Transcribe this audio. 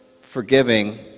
forgiving